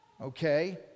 Okay